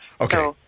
Okay